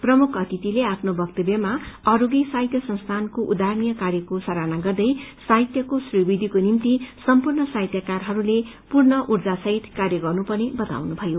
प्रमुख अतिथिले आफ्नो वक्तव्यमा अरूगि साहित्य संस्थानको उदाहरणीय कार्यको सराहना गर्दै साहित्यको श्रीवृद्खिको निम्ति सम्पूर्ण साहित्यकारहरूले पूर्ण उर्जासहित कार्य गर्नुपर्ने बताउनु भयो